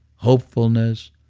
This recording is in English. hopefulness,